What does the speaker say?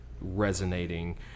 resonating